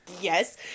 yes